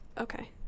okay